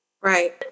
Right